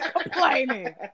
complaining